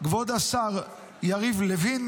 כבוד השר יריב לוין.